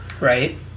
Right